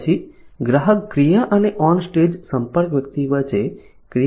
પછી ગ્રાહક ક્રિયા અને ઓન સ્ટેજ સંપર્ક વ્યક્તિ વચ્ચે ક્રિયાપ્રતિક્રિયાની એક રેખા છે